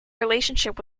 relationship